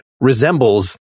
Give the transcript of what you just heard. resembles